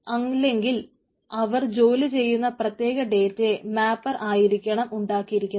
അല്ലെങ്കിൽ അവർ ജോലി ചെയ്യുന്ന പ്രത്യേക ഡേറ്റയെ മാപ്പർ ആയിരിക്കണം ഉണ്ടാക്കിയിരിക്കുന്നത്